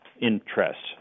interests